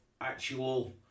actual